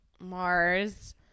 Mars